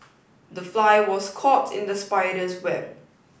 the fly was caught in the spider's web